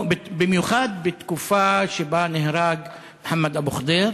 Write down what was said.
במיוחד בתקופה שבה נהרג מוחמד אבו ח'דיר,